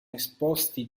esposti